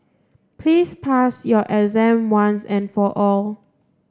please pass your exam once and for all